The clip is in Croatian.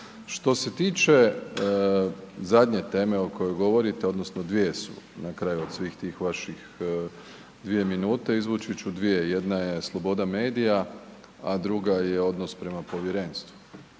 Što se tiče zadnje teme o kojoj govorite, odnosno dvije su od tih svih vaših dvije minute, izvući ću dvije. Jedna je sloboda medija, a druga je odnos prema povjerenstvu.